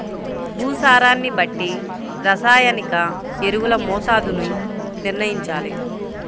భూసారాన్ని బట్టి రసాయనిక ఎరువుల మోతాదుని నిర్ణయంచాలి